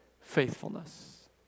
faithfulness